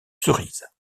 cerise